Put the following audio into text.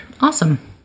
Awesome